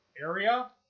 area